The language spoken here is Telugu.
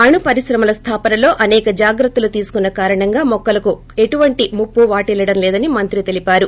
అణు పరిశ్రమల స్దాపనలో అసేక జాగ్రత్తలు తీసుకున్న కారణంగా మొక్కలకు కూడా ఎటువంటి ముప్పు వాటిల్లడం లేదని మంత్రి తెలిపారు